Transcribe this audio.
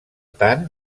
tant